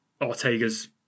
Ortega's